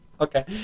okay